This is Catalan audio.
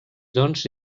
doncs